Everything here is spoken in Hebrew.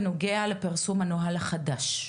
זכויות העובדים שבוטחו בנוהל החדש שיגובש,